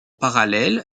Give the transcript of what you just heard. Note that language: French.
parallèle